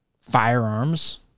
firearms